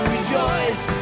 Rejoice